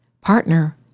Partner